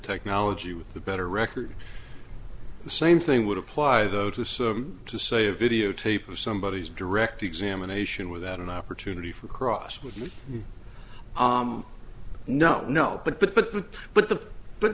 technology with the better record the same thing would apply though to to say a videotape of somebody is direct examination without an opportunity for cross with me no no but but but the but the but